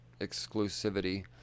exclusivity